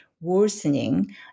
worsening